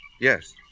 Yes